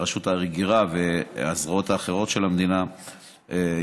רשות ההגירה והזרועות האחרות של המדינה יוכלו